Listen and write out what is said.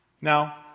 Now